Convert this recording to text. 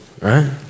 right